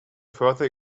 further